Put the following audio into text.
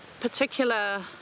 Particular